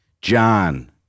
John